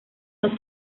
nos